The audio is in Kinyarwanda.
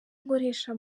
nkoresha